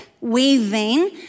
weaving